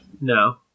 No